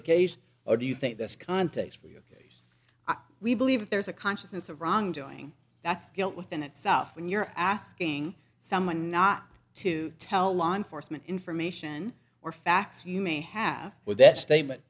case or do you think this context for you ok i we believe there's a consciousness of wrongdoing that's guilt within itself when you're asking someone not to tell law enforcement information or facts you may have with that statement